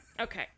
Okay